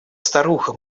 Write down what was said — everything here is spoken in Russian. старуха